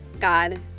God